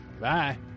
Bye